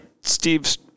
Steve's